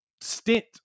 stint